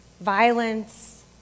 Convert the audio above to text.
violence